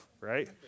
Right